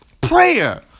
prayer